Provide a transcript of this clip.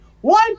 one